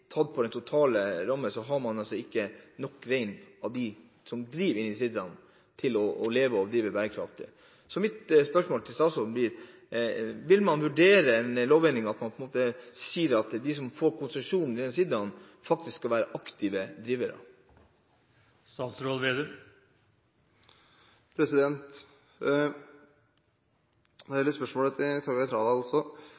driver i sidaene, til å leve og drive bærekraftig. Mitt spørsmål til statsråden blir: Vil man vurdere en lovendring hvor man sier at de som får konsesjon i sidaene, faktisk skal være aktive drivere? Når det gjelder spørsmålet til Torgeir Trældal, har det